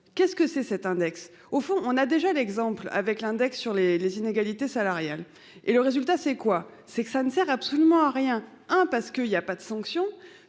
qu'est-ce que c'est cet index, au fond, on a déjà l'exemple avec l'index sur les les inégalités salariales et le résultat c'est quoi, c'est que ça ne sert absolument à rien hein parce qu'il y a pas de sanction